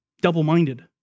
double-minded